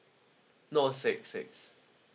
no six six